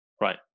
Right